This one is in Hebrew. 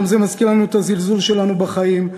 יום זה מזכיר לנו את הזלזול שלנו בחיים,